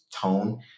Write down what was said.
tone